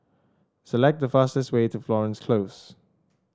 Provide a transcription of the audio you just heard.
select the fastest way to Florence Close